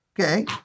Okay